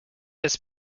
his